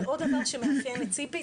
ועוד דבר שמאפיין את ציפי,